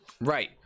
Right